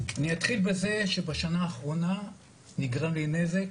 אני אתחיל בזה שבשנה האחרונה נגרם לי נזק